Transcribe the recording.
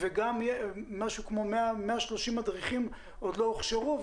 וגם כ-130 מדריכים עוד לא הוכשרו.